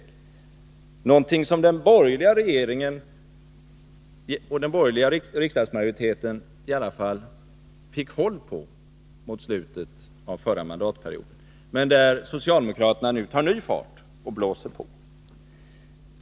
Det är någonting som den borgerliga regeringen och den borgerliga riksdagsmajoriteten i alla fall fick kontroll över mot slutet av förra mandatperioden, men där socialdemokraterna nu tar ny fart och blåser på.